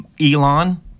Elon